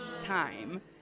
time